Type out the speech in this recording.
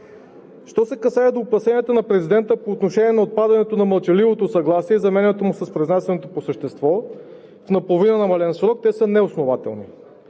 Що се касае до опасенията на президента по отношение на отпадането на мълчаливото съгласие и заменянето му с произнасянето по същество в наполовина намален срок, те са неоснователни.